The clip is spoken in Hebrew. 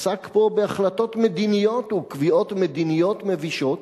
עסק פה בהחלטות מדיניות או קביעות מדיניות מבישות.